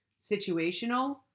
situational